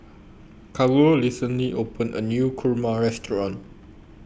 Carlo recently opened A New Kurma Restaurant